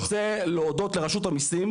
אני רוצה להודות לרשות המיסים.